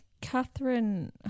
Catherine